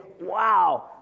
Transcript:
wow